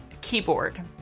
keyboard